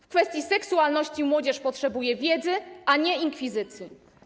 W kwestii seksualności młodzież potrzebuje wiedzy, a nie inkwizycji.